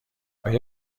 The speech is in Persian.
آیا